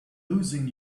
losing